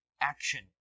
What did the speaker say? action